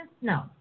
No